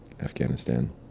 Afghanistan